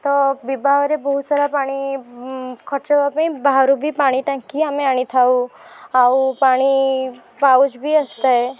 ତ ବିବାହରେ ବହୁତ ସାରା ପାଣି ଖର୍ଚ୍ଚ ହେବା ପାଇଁ ବାହାରୁ ବି ପାଣି ଟାଙ୍କି ଆମେ ଆଣି ଥାଉ ଆଉ ପାଣି ପାଉଚ୍ ବି ଆସିଥାଏ